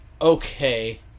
Okay